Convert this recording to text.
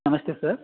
నమస్తే సార్